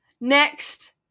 Next